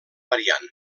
variant